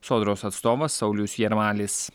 sodros atstovas saulius jarmalis